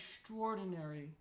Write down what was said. extraordinary